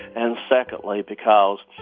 and secondly because,